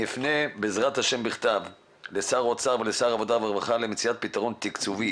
אפנה בע"ה בכתב לשר אוצר ולשר העבודה והרווחה למציאת פתרון תקציבי